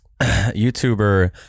YouTuber